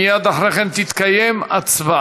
מייד אחרי כן תתקיים הצבעה.